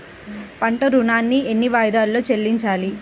పంట ఋణాన్ని ఎన్ని వాయిదాలలో చెల్లించాలి?